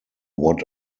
what